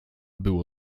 było